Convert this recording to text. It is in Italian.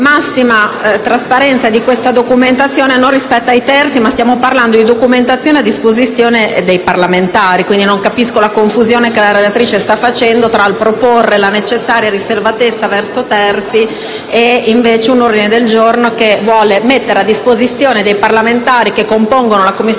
massima trasparenza della documentazione, e non rispetto a terzi. Stiamo parlando della documentazione a disposizione dei parlamentari, per cui non capisco la confusione che la relatrice sta facendo proponendo la necessaria riservatezza verso terzi rispetto a un ordine del giorno che vuole mettere a disposizione dei parlamentari che compongono la Commissione